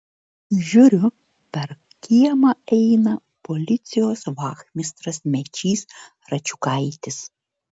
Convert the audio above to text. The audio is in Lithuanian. žiūriu per kiemą eina policijos vachmistras mečys račiukaitis